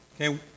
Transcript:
Okay